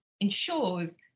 ensures